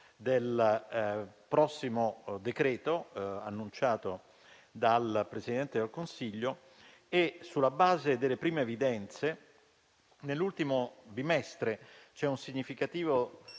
del prossimo decreto-legge annunciato dal Presidente del Consiglio, e sulla base delle prime evidenze nell'ultimo bimestre c'è un significativo